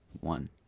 one